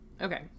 Okay